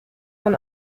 von